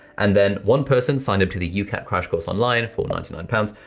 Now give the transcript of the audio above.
and then one person signed up to the ucat crash course online for ninety nine pounds.